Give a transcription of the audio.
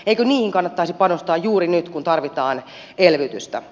eikö niihin kannattaisi panostaa juuri nyt kun tarvitaan elvytystä